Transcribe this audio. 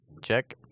check